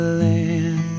land